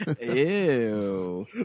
Ew